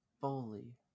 fully